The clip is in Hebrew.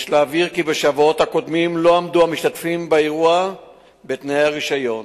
יש להבהיר כי בשבועות הקודמים לא עמדו המשתתפים באירוע בתנאי הרשיון,